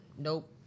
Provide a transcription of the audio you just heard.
nope